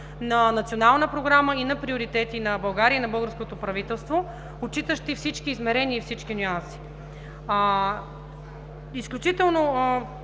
на национална програма и на приоритети на България, и на българското правителство, отчитащи всички измерения и всички нюанси. Няма още